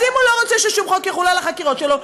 אז אם הוא לא רוצה ששום חוק יחול על החקירות שלו,